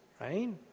right